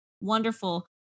wonderful